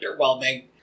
underwhelming